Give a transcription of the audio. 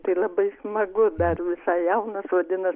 tai labai smagu dar visai jaunas vadinas